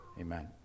Amen